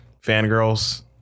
fangirls